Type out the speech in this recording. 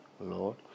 Lord